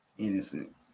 Innocent